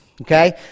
Okay